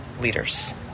leaders